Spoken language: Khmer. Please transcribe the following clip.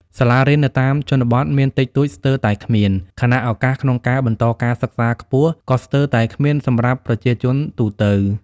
សាលារៀននៅតាមជនបទមានតិចតួចស្ទើរតែគ្មាន ខណៈឱកាសក្នុងការបន្តការសិក្សាខ្ពស់ក៏ស្ទើរតែគ្មានសម្រាប់ប្រជាជនទូទៅ។